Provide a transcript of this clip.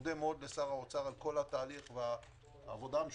מודה מאוד לשר האוצר על כל התהליך ועל העבודה המשותפת.